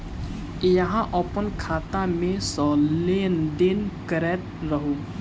अहाँ अप्पन खाता मे सँ लेन देन करैत रहू?